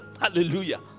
Hallelujah